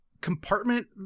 compartment